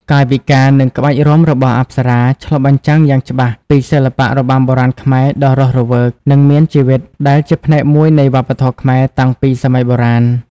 កាយវិការ និងក្បាច់រាំរបស់អប្សរា ឆ្លុះបញ្ចាំងយ៉ាងច្បាស់ពីសិល្បៈរបាំបុរាណខ្មែរដ៏រស់រវើក និងមានជីវិត ដែលជាផ្នែកមួយនៃវប្បធម៌ខ្មែរតាំងពីសម័យបុរាណ។